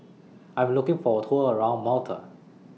I Am looking For A Tour around Malta